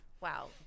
Wow